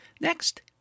Next